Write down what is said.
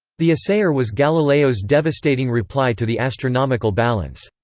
the assayer was galileo's devastating reply to the astronomical balance.